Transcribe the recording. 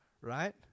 right